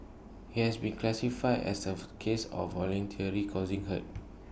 he has been classified as of case of voluntarily causing hurt